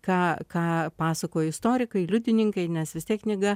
ką ką pasakojo istorikai liudininkai nes vis tiek knyga